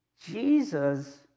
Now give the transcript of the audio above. Jesus